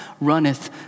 runneth